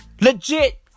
Legit